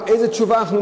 איזה תשובה יש,